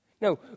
No